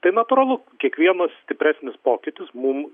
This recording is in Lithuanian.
tai natūralu kiekvienas stipresnis pokytis mum